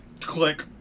Click